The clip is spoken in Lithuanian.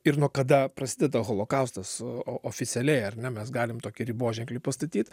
ir nuo kada prasideda holokaustas o o oficialiai ar ne mes galim tokį riboženklį pastatyt